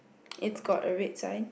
it's got a red sign